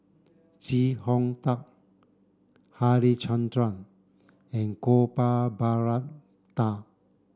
Chee Hong Tat Harichandra and Gopal Baratham